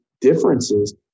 differences